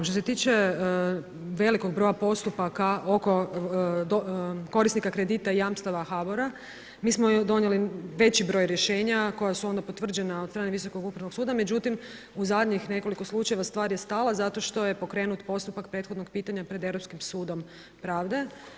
Što se tiče velikog broja postupaka oko korisnika kredita i jamstava HBOR-a, mi smo donijeli veći broj rješenja koja su onda potvrđena od strane Visokog upravnog suda, međutim u zadnjih nekoliko slučajeva stvar je stala zato što je pokrenut postupak prethodnog pitanja pred Europskim sudom pravde.